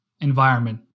environment